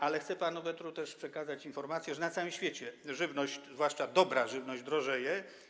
Ale chcę panu Petru przekazać informację, że na całym świecie żywność, zwłaszcza dobra żywność, drożeje.